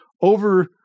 over